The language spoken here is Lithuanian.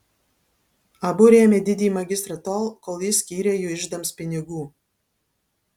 abu rėmė didįjį magistrą tol kol jis skyrė jų iždams pinigų